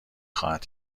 خواهد